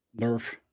Nerf